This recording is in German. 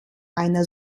einer